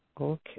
Okay